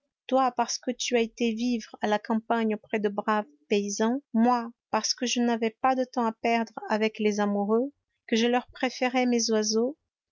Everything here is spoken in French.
toi parce que tu as été vivre à la campagne auprès de braves paysans moi parce que je n'avais pas de temps à perdre avec les amoureux que je leur préférais mes oiseaux